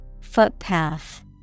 Footpath